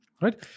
Right